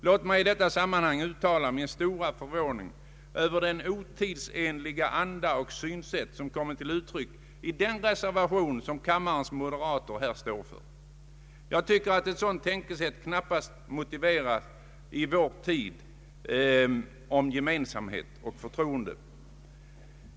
Låt mig i detta sammanhang uttala min stora förvåning över den otidsenliga anda och det otidsenliga synsätt som kommit till uttryck i den reserva tion som kammarens ledamöter av moderata samlingspartiet står för. Jag tycker att ett sådant tänkesätt som deras knappast är motiverat i vår tid med dess tal om gemensamhet och förtroende.